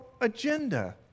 agenda